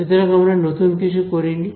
সুতরাং আমরা নতুন কিছু করিনি